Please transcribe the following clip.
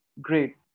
Great